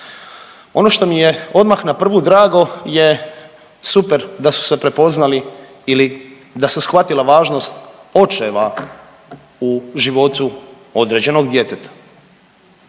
Ono što mi je odmah na prvu drago je super da su se prepoznali ili da se shvatila važnost očeva u životu određenog djeteta.